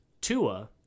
Tua